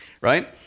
right